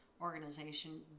organization